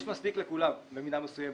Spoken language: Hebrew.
יש מספיק לכולם במידה מסוימת,